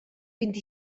vint